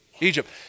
Egypt